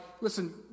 listen